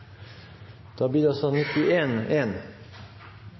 Da blir det